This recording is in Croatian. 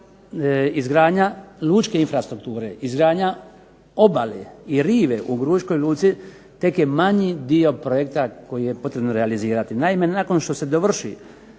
izgradnja lučke infrastrukture, izgradnja obale i rive u Gruškoj luci tek je manji dio projekta koji je potrebno realizirati. Naime nakon što se dovrši